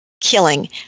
killing